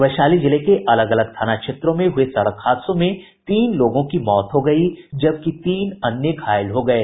वैशाली जिले के अलग अलग थाना क्षेत्रों में हुये सड़क हादसों में तीन लागों की मौत हो गयी जबकि तीन अन्य घायल हो गये